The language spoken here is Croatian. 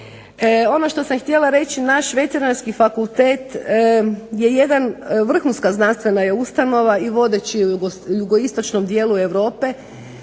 Ono što sam htjela reći naš Veterinarski fakultet je jedna vrhunska znanstvena ustanova i vodeći u jugoistočnom dijelu Europe.